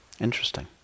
Interesting